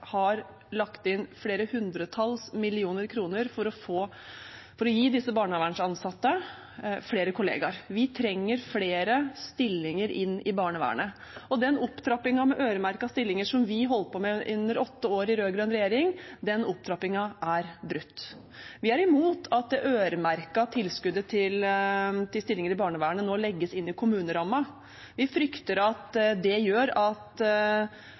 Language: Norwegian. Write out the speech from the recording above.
har lagt inn flere hundretalls millioner kroner for å gi disse barnevernsansatte flere kollegaer. Vi trenger flere stillinger i barnevernet, og den opptrappingen med øremerkede stillinger som vi holdt på med under åtte år i rød-grønn regjering, er brutt. Vi er imot at det øremerkede tilskuddet til stillinger i barnevernet nå legges inn i kommunerammen. Vi frykter at det gjør at